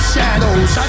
Shadows